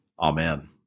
Amen